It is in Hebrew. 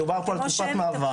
מדובר פה על תקופת מעבר.